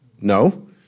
No